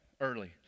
early